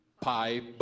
pie